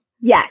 Yes